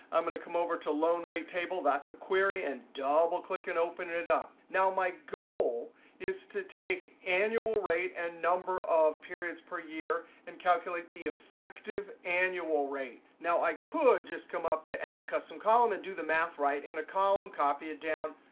i'm going to come over to loan rate table that's a query and double click and open it it up. now my goal is to take annual rate and number of periods per year and calculate the effective annual rate. now i could just come up to add custom column and do the math in a column, copy it down,